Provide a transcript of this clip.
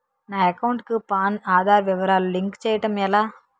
నా అకౌంట్ కు పాన్, ఆధార్ వివరాలు లింక్ చేయటం ఎలా?